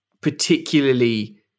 particularly